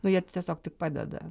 nu jie tiesiog tik padeda